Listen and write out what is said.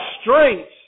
strength